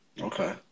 Okay